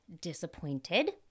disappointed